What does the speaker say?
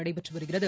நடைபெற்று வருகிறது